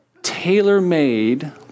tailor-made